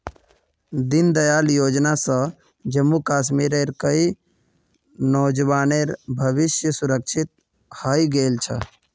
दीनदयाल योजना स जम्मू कश्मीरेर कई नौजवानेर भविष्य सुरक्षित हइ गेल छ